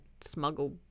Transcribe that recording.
smuggle